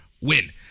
Win